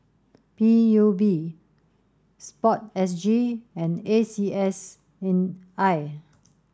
P U B sport S G and A C S and I